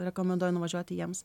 rekomenduoju nuvažiuoti jiems